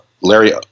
Larry